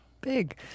big